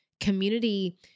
community